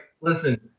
Listen